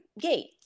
gate